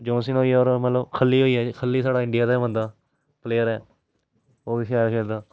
जान सीना होई गेआ होर मतलब खली होई गेआ खली स्हाड़ै इंडिया दा गै बंदा प्लेयर ऐ ओह् बी शैल खेलदा